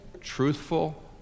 truthful